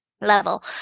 level